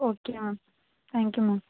okay ma'am thank you ma'am